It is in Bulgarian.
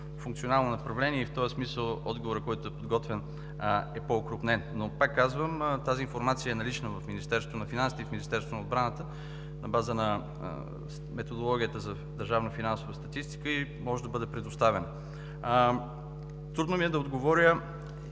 „Функционално направление“ и в този смисъл отговорът, който е подготвен, е по-окрупнен. Пак казвам, тази информация е налична в Министерството на финансите и в Министерството на отбраната на база на Методологията за държавна финансова статистика и може да бъде предоставена. Трудно ми е да отговоря